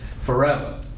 forever